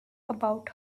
about